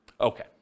Okay